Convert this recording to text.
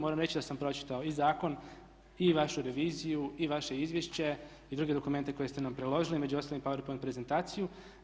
Moram reći da sam pročitao i zakon i vašu reviziju i vaše izvješće i druge dokumente koje ste nam priložili, među ostalim i Power Point prezentaciju.